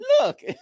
Look